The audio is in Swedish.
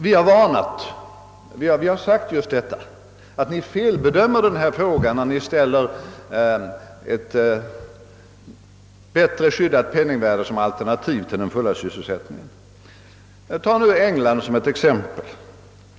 Vi har varnat för detta och sagt, att ni felbedömer denna fråga, när ni ställer ett bättre skyddat penningvärde som alternativ till den fulla sysselsättningen. Ta England som ett exempel!